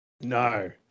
No